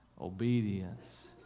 obedience